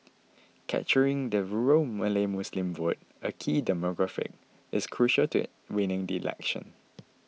capturing the rural Malay Muslim vote a key demographic is crucial to winning the election